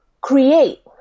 create